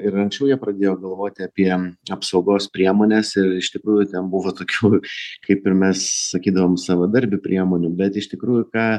ir anksčiau jie pradėjo galvoti apie apsaugos priemones ir iš tikrųjų ten buvo tokių kaip ir mes sakydavom savadarbių priemonių bet iš tikrųjų ką